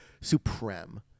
Supreme